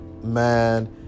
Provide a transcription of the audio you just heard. man